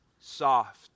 soft